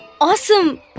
awesome